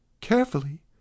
Carefully